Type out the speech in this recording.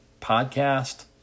podcast